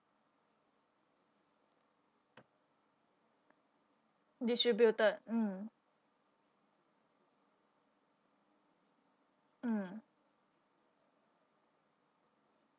distributed mm mm